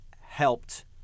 helped